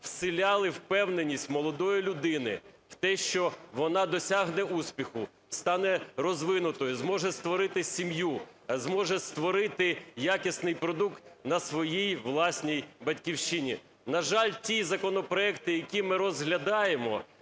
вселяли впевненість молодої людини в те, що вона досягне успіху, стане розвинутою, зможе створити сім'ю, зможе створити якісний продукт на своїй власній батьківщині. На жаль, ті законопроекти, які ми розглядаємо,